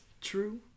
True